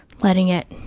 letting it,